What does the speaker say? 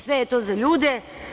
Sve je to za ljude.